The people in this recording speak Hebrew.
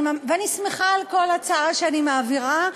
ואני שמחה על כל הצעה שאני מעבירה.